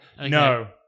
no